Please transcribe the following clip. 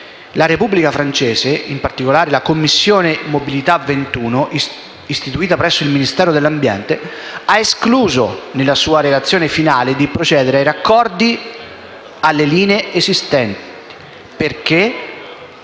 la Repubblica francese, in particolare la Commissione mobilità 21, istituita presso il Ministero dell'ambiente, ha escluso, nella sua relazione finale, di procedere ai raccordi alle linee esistenti, poiché